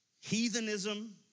heathenism